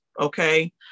Okay